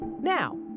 Now